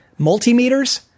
multimeters